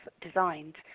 designed